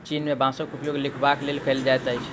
चीन में बांसक उपयोग लिखबाक लेल कएल जाइत अछि